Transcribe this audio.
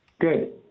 Good